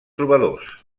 trobadors